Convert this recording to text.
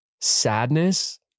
sadness